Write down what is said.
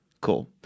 Cool